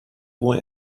boy